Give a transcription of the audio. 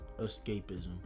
escapism